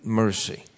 mercy